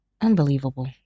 unbelievable